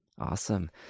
Awesome